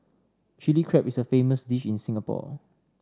Chilli Crab is a famous dish in Singapore